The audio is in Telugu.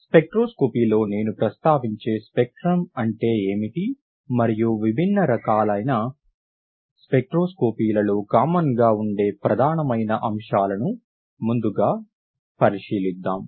స్పెక్ట్రోస్కోపీలో నేను ప్రస్తావించే స్పెక్ట్రం అంటే ఏమిటి మరియు విభిన్న రకాలైన స్పెక్ట్రోస్కోపీలలో కామన్ గా ఉండే ప్రధానమైన అంశాలను ముందుగా పరిశీలిద్దాం